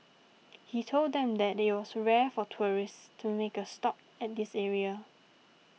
he told them that it was rare for tourists to make a stop at this area